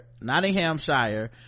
nottinghamshire